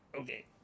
Okay